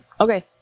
Okay